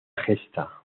gesta